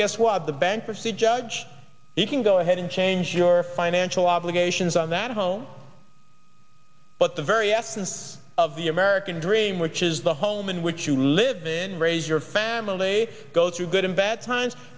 guess what the bankruptcy judge you can go ahead and change your financial obligations on that home but the very essence of the american dream which is the home in which you live and raise your family go through good and bad times